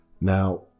Now